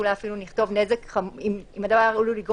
אולי אפילו נכתוב: אם הדבר עלול לגרום